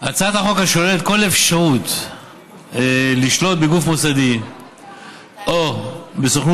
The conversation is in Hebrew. הצעת החוק השוללת כל אפשרות לשלוט בגוף מוסדי או בסוכנות